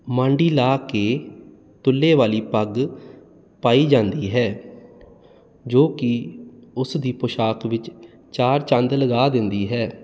ਮਾਂਡੀ ਲਾ ਕੇ ਤੁਲੇ ਵਾਲੀ ਪੱਗ ਪਾਈ ਜਾਂਦੀ ਹੈ ਜੋ ਕਿ ਉਸ ਦੀ ਪੋਸ਼ਾਕ ਵਿੱਚ ਚਾਰ ਚੰਦ ਲਗਾ ਦਿੰਦੀ ਹੈ